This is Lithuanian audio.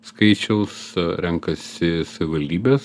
skaičiaus renkasi savivaldybės